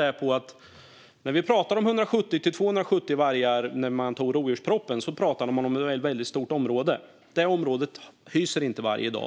antogs pratade vi om 170-270 vargar, men då gällde det ett väldigt stort område. Det området hyser inte varg i dag.